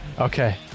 Okay